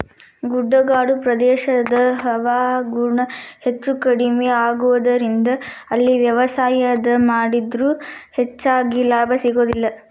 ಗುಡ್ಡಗಾಡು ಪ್ರದೇಶದ ಹವಾಗುಣ ಹೆಚ್ಚುಕಡಿಮಿ ಆಗೋದರಿಂದ ಅಲ್ಲಿ ವ್ಯವಸಾಯ ಮಾಡಿದ್ರು ಹೆಚ್ಚಗಿ ಲಾಭ ಸಿಗೋದಿಲ್ಲ